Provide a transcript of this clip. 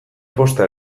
posta